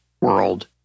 world